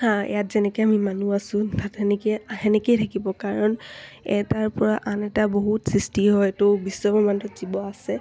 ইয়াত যেনেকৈ আমি মানুহ আছোঁ তাত তেনেকৈ তেনেকেই থাকিব কাৰণ এটাৰ পৰা আন এটা বহুত সৃষ্টি হয়টো বিশ্বব্ৰক্ষ্মাণ্ডত জীৱ আছে